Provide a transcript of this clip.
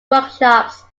workshops